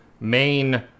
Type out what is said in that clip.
main